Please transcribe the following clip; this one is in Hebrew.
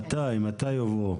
מתי, מתי הובאו?